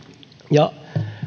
ja